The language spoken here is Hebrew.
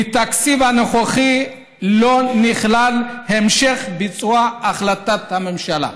בתקציב הנוכחי לא נכלל המשך ביצוע החלטת הממשלה.